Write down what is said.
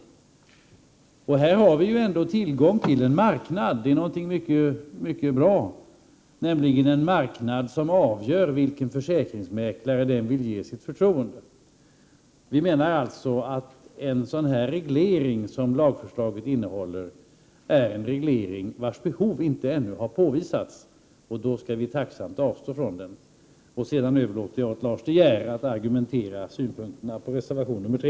Här har vi ju ändå tillgång till en marknad, och det är någonting mycket bra. Det är nämligen en marknad som avgör vilken försäkringsmäklare man vill ge sitt förtroende. Vi menar alltså att en sådan reglering som lagförslaget innehåller är en reglering vars behov inte ännu har påvisats — och då skall vi tacksamt avstå från den. Sedan överlåter jag åt Lars De Geer att argumentera när det gäller synpunkterna på reservation 3.